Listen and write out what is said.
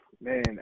Man